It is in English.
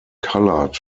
colored